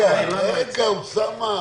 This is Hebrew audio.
סליחה, אלי, אני פה.